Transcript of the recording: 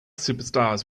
superstars